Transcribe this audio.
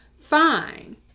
Fine